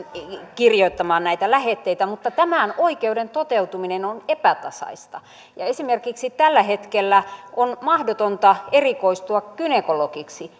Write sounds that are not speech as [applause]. kirjoittamasta näitä lähetteitä mutta tämän oikeuden toteutuminen on epätasaista ja esimerkiksi tällä hetkellä on mahdotonta erikoistua gynekologiksi [unintelligible]